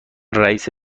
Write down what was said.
رئیس